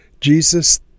Jesus